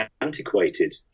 antiquated